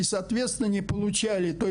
אבל